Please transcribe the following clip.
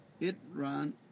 Itran